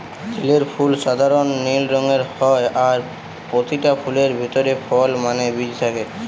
তিলের ফুল সাধারণ নীল রঙের হয় আর পোতিটা ফুলের ভিতরে ফল মানে বীজ থাকে